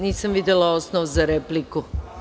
Nisam videla osnov za repliku.